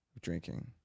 drinking